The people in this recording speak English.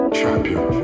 Champion